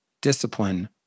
discipline